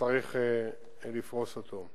וצריך לפרוס אותו.